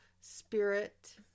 Spirit